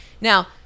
now